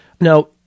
Now